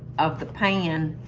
of the pan.